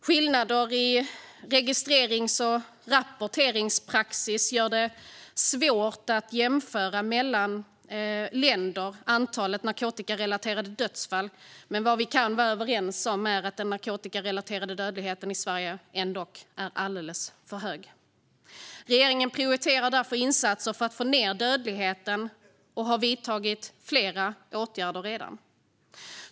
Skillnader i registrerings och rapporteringspraxis gör det svårt att jämföra antalet narkotikarelaterade dödsfall mellan länder, men vad vi kan vara överens om är att den narkotikarelaterade dödligheten i Sverige ändock är alldeles för hög. Regeringen prioriterar därför insatser för att få ned dödligheten och har redan vidtagit flera åtgärder.